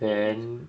then